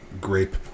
grape